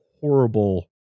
horrible